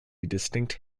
distinct